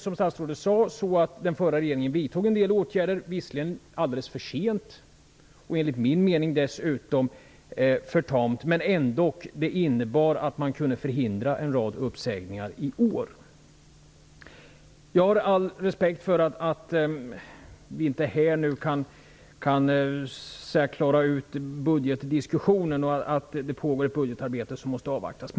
Som statsrådet sade vidtog den förra regeringen en del åtgärder, visserligen alldeles för sent och enligt min mening dessutom för tamt. Men ändock innebar de att man kunde förhindra en del uppsägningar i år. Jag har all respekt för att vi inte här och nu kan klara ut budgetdiskussionen. Det pågår ju ett budgetarbete som måste avvaktas.